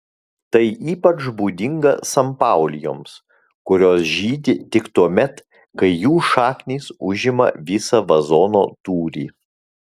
tai ypač būdinga sanpaulijoms kurios žydi tik tuomet kai jų šaknys užima visą vazono tūrį